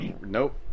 nope